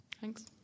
Thanks